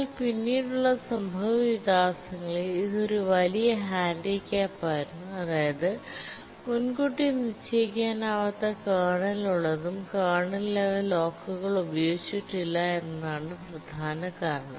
എന്നാൽ പിന്നീടുള്ള സംഭവവികാസങ്ങളിൽ ഇത് ഒരു വലിയ ഹാൻഡിക്യാപ്പ് ആയിരുന്നു അതായത് മുൻകൂട്ടി നിശ്ചയിക്കാനാവാത്ത കേർണൽ ഉള്ളതും കേർണൽ ലെവൽ ലോക്കുകൾ ഉപയോഗിച്ചിട്ടില്ല എന്നതാണ്പ്രധാന കാരണം